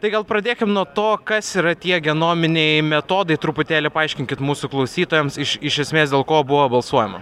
tai gal pradėkim nuo to kas yra tiek genominiai metodai truputėlį paaiškinkit mūsų klausytojams iš iš esmės dėl ko buvo balsuojama